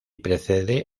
precede